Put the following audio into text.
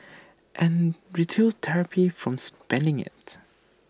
and retail therapy from spending IT